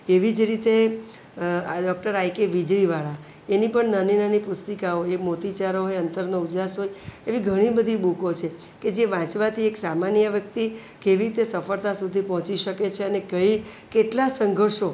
એવી જ રીતે ડૉક્ટર આઈકે વીજળીવાળા એની પણ નાની નાની પુસ્તિકાઓ એ મોતીચારો હોય અંતરનો ઉજાસ હોય એવી ઘણી બધી બૂકો છે કે જે વાંચવાથી એક સામાન્ય વ્યક્તિ કેવી રીતે સફળતા સુધી પહોંચી શકે છે અને કંઈ કેટલા સંઘર્ષો